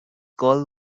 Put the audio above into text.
call